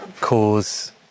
cause